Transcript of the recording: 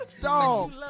Dog